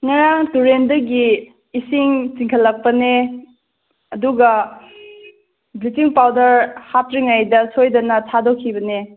ꯉꯔꯥꯡ ꯇꯨꯔꯦꯟꯗꯒꯤ ꯏꯁꯤꯡ ꯆꯤꯡꯈꯠꯂꯛꯄꯅꯦ ꯑꯗꯨꯒ ꯕ꯭ꯂꯤꯆꯤꯡ ꯄꯥꯎꯗꯔ ꯍꯥꯞꯇ꯭ꯔꯤꯉꯩꯗ ꯁꯣꯏꯗꯅ ꯊꯥꯗꯣꯛꯈꯤꯕꯅꯦ